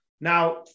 now